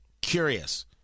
Curious